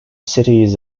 cities